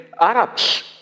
Arabs